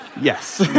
yes